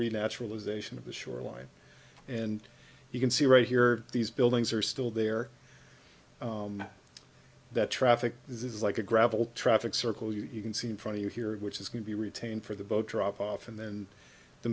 read naturalisation of the shoreline and you can see right here these buildings are still there that traffic is like a gravel traffic circle you can see in front of you here which is going to be retained for the boat drop off and then the